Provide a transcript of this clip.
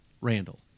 Randall